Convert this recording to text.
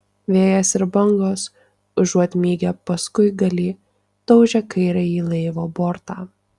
vėjas ir bangos užuot mygę paskuigalį daužė kairįjį laivo bortą